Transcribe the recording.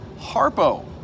Harpo